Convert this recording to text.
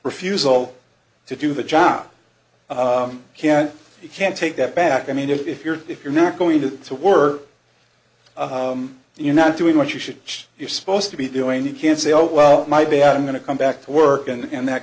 refusal to do the job can't you can't take that back i mean if you're if you're not going to to work you're not doing what you should you're supposed to be doing you can't say oh well my bad i'm going to come back to work and